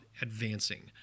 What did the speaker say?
advancing